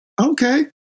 Okay